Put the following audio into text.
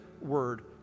word